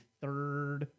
third